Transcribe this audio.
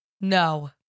No